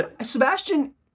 Sebastian